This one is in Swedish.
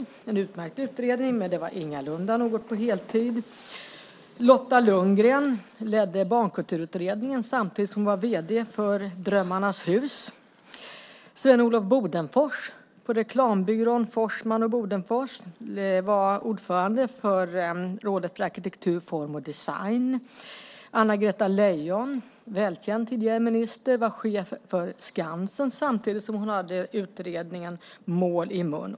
Det var en utmärkt utredning, men det var ingalunda någonting på heltid. Lotta Lundgren ledde Barnkulturutredningen samtidigt som hon var vd för Drömmarnas hus. Sven-Olof Bodenfors på reklambyrån Forsman & Bodenfors var ordförande för Rådet för arkitektur, form och design. Anna-Greta Leijon, välkänd tidigare minister, var chef för Skansen samtidigt som hon hade utredningen Mål i mun.